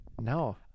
No